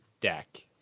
deck